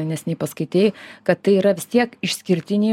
neseniai paskaitei kad tai yra vis tiek išskirtiniai